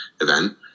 event